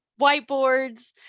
whiteboards